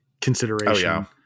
consideration